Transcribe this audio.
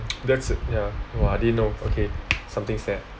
that's it ya !wah! I din know okay something sad